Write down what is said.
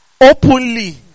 openly